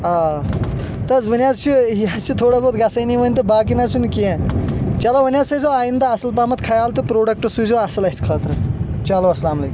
آ تہ حظ ؤنۍ حظ چھُ یہِ حظ چھُ تھوڑا بہت گژھنٲنی وَنۍ تہٕ باقی نہ حظ چُھ نہٕ کیٚنٛہہ چلو وۄنۍ حظ تھٲوزو آیندٕ اَصٕل پہمت خیال تہٕ پروڈکٹ سوٗزۍزیو اَصٕل اَسہِ خٲطرٕ چلو اسلام علیٚکُم